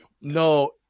No